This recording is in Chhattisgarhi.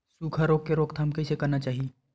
सुखा रोग के रोकथाम कइसे करना चाही?